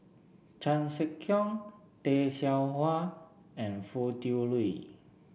Chan Sek Keong Tay Seow Huah and Foo Tui Liew